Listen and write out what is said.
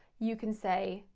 you can say,